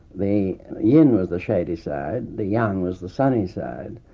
the yin was the shady side, the yang was the sunny side,